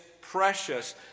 precious